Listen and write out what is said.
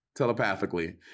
telepathically